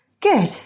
Good